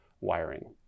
wiring